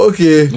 Okay